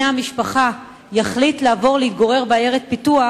המשפחה יחליט לעבור להתגורר בעיירת פיתוח,